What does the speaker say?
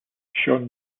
shawn